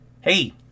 hey